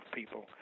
people